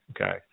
Okay